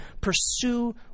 pursue